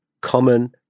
common